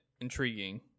intriguing